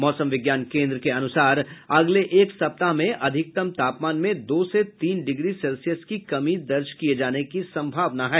मौसम विज्ञान केन्द्र के अनुसार अगले एक सप्ताह में अधिकतम तापमान में दो से तीन डिग्री सेल्सियस की कमी दर्ज किये जाने की सम्भावना है